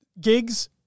gigs